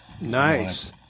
Nice